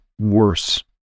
worse